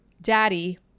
daddy